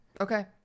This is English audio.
Okay